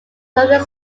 clothing